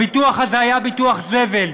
הביטוח הזה היה ביטוח זבל,